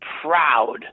proud